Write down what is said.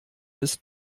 des